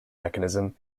mechanism